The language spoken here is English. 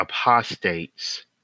apostates